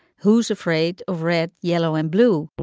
who's afraid of red, yellow and blue?